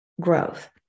growth